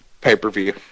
pay-per-view